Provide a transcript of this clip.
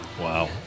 Wow